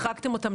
לאן החרגתם אותם?